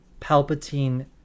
Palpatine